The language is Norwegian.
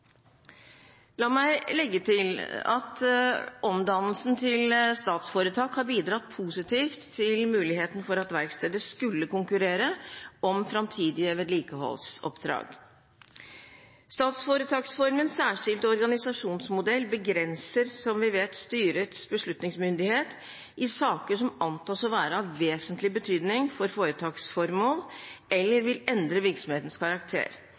La meg også legge til at omdannelsen til statsforetak har bidratt positivt til muligheten for verkstedet til å konkurrere om framtidige vedlikeholdsoppdrag. Statsforetaksformen særskilt organisasjonsmodell begrenser, som vi vet, styrets beslutningsmyndighet i saker som antas å være av vesentlig betydning for foretaksformål, eller som vil endre virksomhetens karakter.